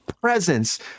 presence